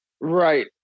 Right